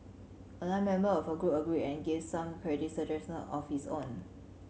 another member of her group agreed and gave some creative suggestion of his own